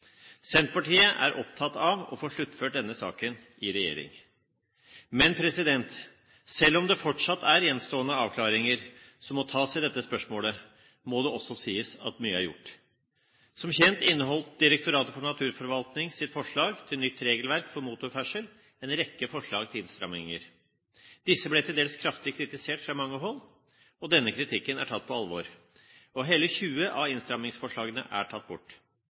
Senterpartiet er opptatt av å få sluttført denne saken i regjering. Men selv om det fortsatt er gjenstående avklaringer som må tas i dette spørsmålet, må det også sies at mye er gjort. Som kjent inneholdt Direktoratet for naturforvaltnings forslag til nytt regelverk for motorferdsel en rekke forslag til innstramminger. Disse ble til dels kraftig kritisert fra mange hold, og denne kritikken er tatt på alvor. Hele 20 av innstrammingsforslagene er tatt bort.